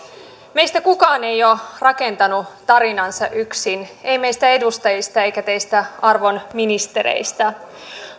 meistä kukaan ei ole rakentanut tarinaansa yksin ei meistä edustajista eikä teistä arvon ministereistä